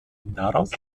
daraus